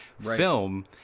film